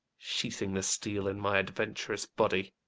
sheathing the steel in my advent'rous body.